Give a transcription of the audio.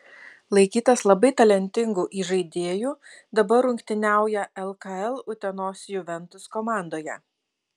laikytas labai talentingu įžaidėju dabar rungtyniauja lkl utenos juventus komandoje